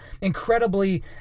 incredibly